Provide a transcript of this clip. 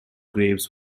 graves